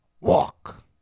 walk